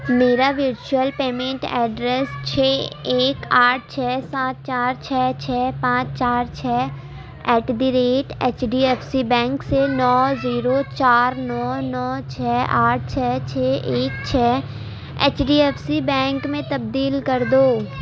میرا virtual payment address چھ ایک آٹھ چھ سات چار چھ چھ پانچ چار چھ at the rate H D F C bank سے نو زیرو چار نو نو چھ آٹھ چھ چھ ایک چھ H D F C bank میں تبدیل کر دو